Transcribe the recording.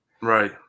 Right